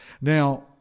Now